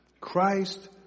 Christ